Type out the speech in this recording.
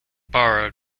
borrowed